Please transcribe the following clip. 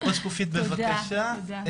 תודה.